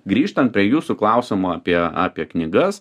grįžtant prie jūsų klausimo apie apie knygas